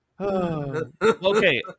Okay